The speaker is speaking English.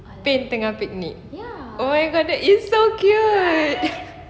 paint tengah picnic oh my god that is so cute